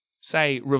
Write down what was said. say